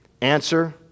Answer